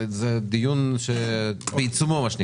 הדיון נמצא בעיצומו.